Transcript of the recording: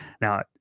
Now